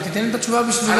אז תיתן את התשובה בשבילנו.